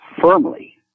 firmly